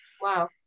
Wow